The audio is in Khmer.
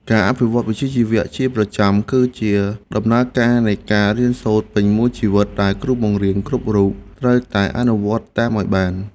ការអភិវឌ្ឍវិជ្ជាជីវៈជាប្រចាំគឺជាដំណើរការនៃការរៀនសូត្រពេញមួយជីវិតដែលគ្រូបង្រៀនគ្រប់រូបត្រូវតែអនុវត្តតាមឱ្យបាន។